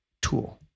Tool